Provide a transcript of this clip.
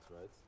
right